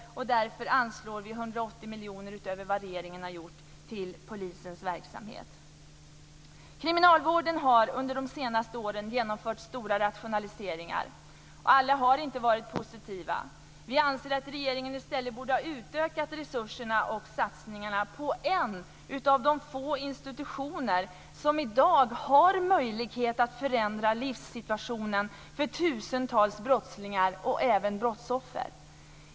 Och därför anslår vi kristdemokrater 180 miljoner kronor utöver vad regeringen har anslagit till polisens verksamhet. Kriminalvården har under de senaste åren genomfört stora rationaliseringar. Alla har inte varit positiva. Vi anser att regeringen i stället borde ha utökat resurserna och satsningarna på en av de få institutioner som i dag har möjlighet att förändra livssituationen för tusentals brottslingar och även brottsoffer.